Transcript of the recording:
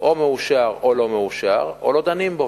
או מאושר או לא מאושר או לא דנים בו,